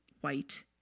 white